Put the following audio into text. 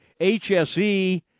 HSE